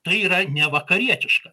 tai yra nevakarietiška